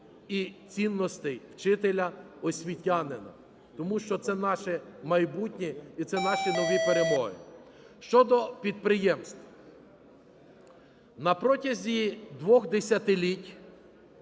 і цінності вчителя, освітянина. Тому що це наше майбутнє і це наші нові перемоги. Щодо підприємств. Протягом двох десятиліть